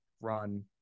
run